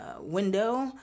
window